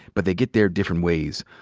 but they get there different ways.